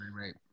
right